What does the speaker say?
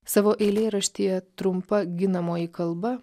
savo eilėraštyje trumpa ginamoji kalba